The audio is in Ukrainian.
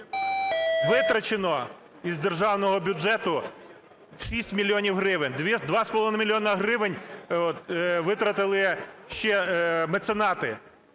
витрачено із державного бюджету 6 мільйонів гривень, 2,5 мільйони гривень витратили ще меценати.